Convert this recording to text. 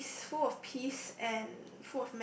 peace full of peace and